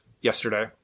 yesterday